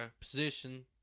position